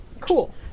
Cool